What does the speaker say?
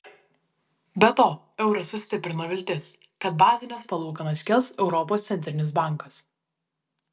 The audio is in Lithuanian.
be to eurą sustiprino viltis kad bazines palūkanas kels europos centrinis bankas